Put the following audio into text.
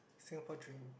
Singapore dream